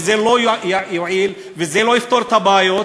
שזה לא יועיל וזה לא יפתור את הבעיות,